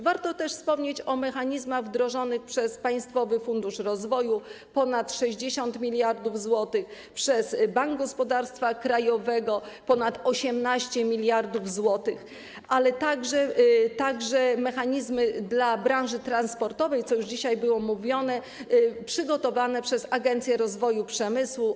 Warto też wspomnieć o mechanizmach wdrożonych przez Państwowy Fundusz Rozwoju - ponad 60 mld zł, przez Bank Gospodarstwa Krajowego - ponad 18 mld zł, a także o mechanizmach dla branży transportowej, o czym było już dzisiaj mówione, przygotowanych przez Agencję Rozwoju Przemysłu.